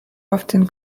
often